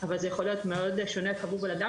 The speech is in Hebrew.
אבל זה יכול להיות מאוד שונה עבור כל בנאדם.